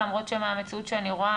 למרות שמהמציאות שאני רואה,